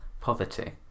poverty